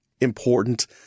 important